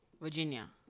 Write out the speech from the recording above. Virginia